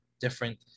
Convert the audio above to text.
different